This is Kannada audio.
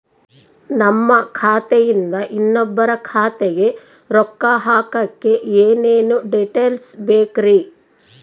ನಮ್ಮ ಖಾತೆಯಿಂದ ಇನ್ನೊಬ್ಬರ ಖಾತೆಗೆ ರೊಕ್ಕ ಹಾಕಕ್ಕೆ ಏನೇನು ಡೇಟೇಲ್ಸ್ ಬೇಕರಿ?